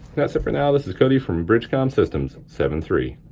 that's it for now. this is cody from bridgecom systems. seventy three.